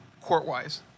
court-wise